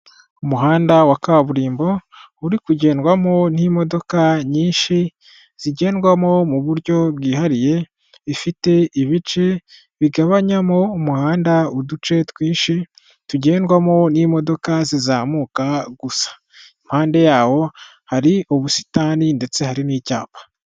Umuhanda wa kaburimbo uri kugendwamo n'imodoka nyinshi zigendwamo mu buryo bwihariye ifite ibice bigabanyamo umuhanda uduce twinshi tugendwamo n'imodoka zizamuka gusa, impande yawo hari ubusitani ndetse hari n'icyapa.